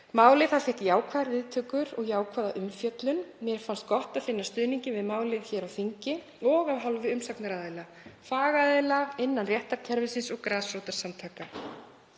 Málið fékk jákvæðar viðtökur og jákvæða umfjöllun. Mér fannst gott að finna stuðninginn við málið hér á þingi og af hálfu umsagnaraðila, fagaðila innan réttarkerfisins og grasrótarsamtaka.